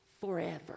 Forever